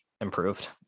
improved